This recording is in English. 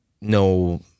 no